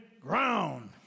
ground